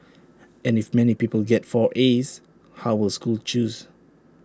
and if many pupils get four as how will schools choose